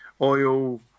oil